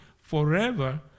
forever